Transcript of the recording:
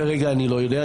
כרגע אני לא יודע,